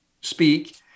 speak